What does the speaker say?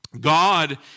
God